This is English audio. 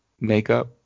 makeup